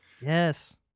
Yes